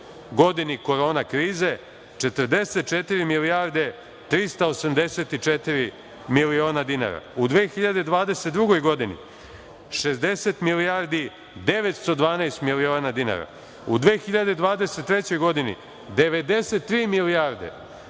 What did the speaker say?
godini korona krize, 44 milijarde 384 miliona dinara. U 2022. godini 60 milijardi 912 miliona dinara. U 2023. godini 93 milijarde